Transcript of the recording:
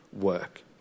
work